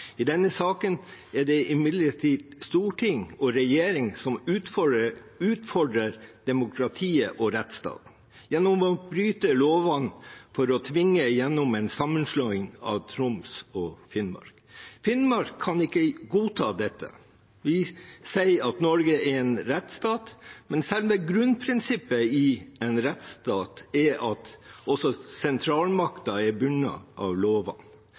I denne saken er det imidlertid storting og regjering som utfordrer demokratiet og rettsstaten gjennom å bryte lovene for å tvinge gjennom en sammenslåing av Troms og Finnmark. Finnmark kan ikke godta dette. Vi sier at Norge er en rettsstat, men selve grunnprinsippet i en rettsstat er at også sentralmakten er bundet av